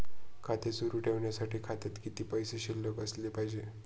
खाते सुरु ठेवण्यासाठी खात्यात किती पैसे शिल्लक असले पाहिजे?